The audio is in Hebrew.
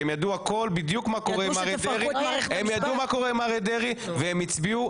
והם ידעו כל מה שקורה עם אריה דרעי והם הצביעו.